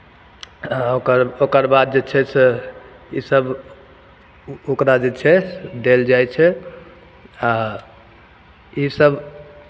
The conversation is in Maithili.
ओकर ओकर बाद जे छै से इसभ ओ ओकरा जे छै देल जाइ छै आ इसभ